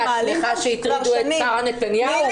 את שמחה שהטרידו את שרה נתניהו?